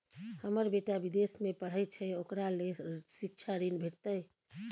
हमर बेटा विदेश में पढै छै ओकरा ले शिक्षा ऋण भेटतै?